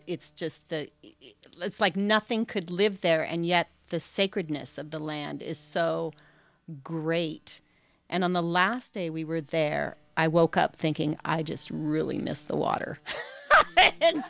it's just the it's like nothing could live there and yet the sacredness of the land is so great and on the last day we were there i woke up thinking i just really missed the water